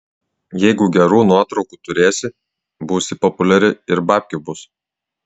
jeigu gerų nuotraukų turėsi būsi populiari ir babkių bus